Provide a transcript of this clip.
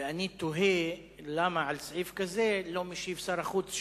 אני תוהה למה על סעיף כזה לא משיב שר החוץ,